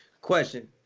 Question